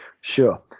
Sure